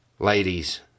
Ladies